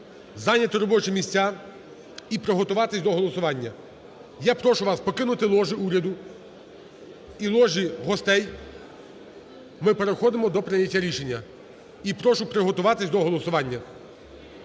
зайняти робочі місця і приготуватися до голосування. Я прошу вас покинути ложі уряду і ложі гостей, ми переходимо до прийняття рішення, і прошу приготуватися до голосування.